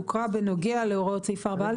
הוקרא "בנוגע" להוראות סעיף 4א,